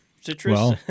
Citrus